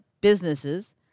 businesses